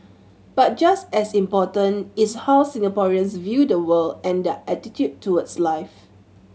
but just as important is how Singaporeans view the world and their attitude towards life